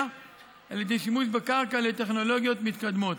על ידי שימוש בקרקע לטכנולוגיות מתקדמות.